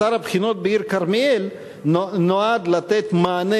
אתר הבחינות בעיר כרמיאל נועד לתת מענה